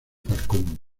falcón